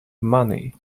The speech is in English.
money